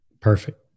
Perfect